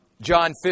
John